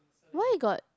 why got